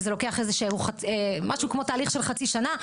וזה לוקח משהו כמו תהליך של חצי שנה.